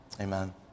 Amen